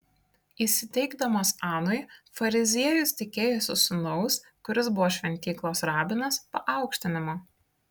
įsiteikdamas anui fariziejus tikėjosi sūnaus kuris buvo šventyklos rabinas paaukštinimo